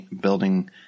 building